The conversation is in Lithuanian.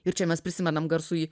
ir čia mes prisimenam garsųjį